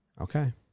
Okay